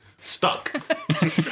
stuck